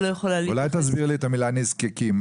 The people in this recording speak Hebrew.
אולי תסבירי לי את המילה נזקקים.